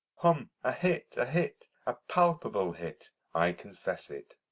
hum, a hit, a hit, a palpable hit i confess it.